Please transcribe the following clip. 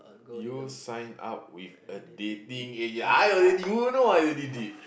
you sign up with a dating a~ I already you know I already did